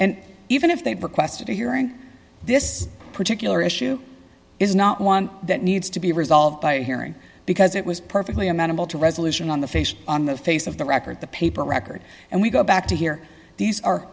and even if they've requested a hearing this particular issue is not one that needs to be resolved by a hearing because it was perfectly amenable to resolution on the face on the face of the record the paper record and we go back to here these are